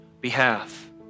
behalf